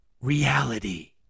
reality